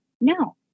No